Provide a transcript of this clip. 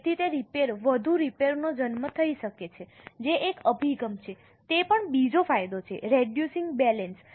તેથી તે રિપેર વધુ રિપેરનો જન્મ થઈ શકે છે જે એક અભિગમ છે તે પણ બીજો ફાયદો છે રેડયુશીંગ બેલેન્સ